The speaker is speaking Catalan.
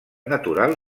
natural